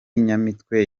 nyamitwe